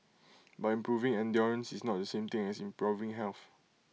but improving endurance is not the same thing as improving health